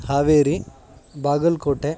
Haveri Bagalkote